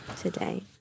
today